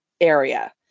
area